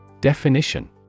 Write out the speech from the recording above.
Definition